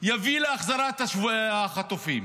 יביא להחזרת החטופים.